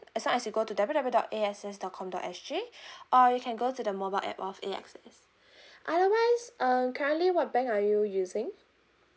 as long as you go to w w dot a x s dot com dot s g or you can go to the mobile A_P_P of A_X_S otherwise um currently what bank are you using